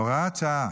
הוראת שעה